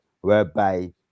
Whereby